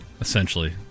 Essentially